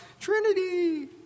Trinity